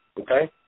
okay